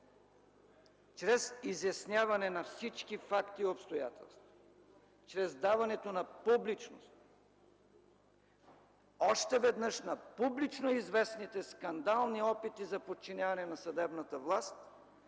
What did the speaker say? чрез изясняване на всички факти и обстоятелства, чрез даването на публичност още веднъж на публично известните скандални опити на подчиняване на съдебната власт,